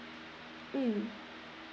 mm